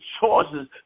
choices